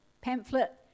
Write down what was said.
pamphlet